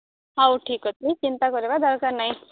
ହଉ ଠିକ ଅଛି ଚିନ୍ତା କରିବା ଦରକାର ନାଇଁ